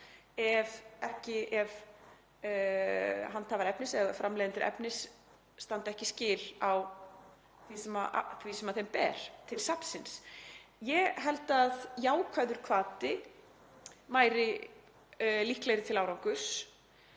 ef handhafar efnis eða framleiðendur efnis standa ekki skil á því sem þeim ber til safnsins. Ég held að jákvæður hvati væri líklegri til árangurs